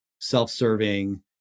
self-serving